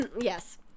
Yes